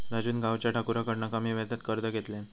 राजून गावच्या ठाकुराकडना कमी व्याजात कर्ज घेतल्यान